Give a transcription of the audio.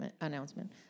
announcement